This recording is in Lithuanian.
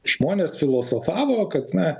žmonės filosofavo kad na